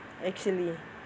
actually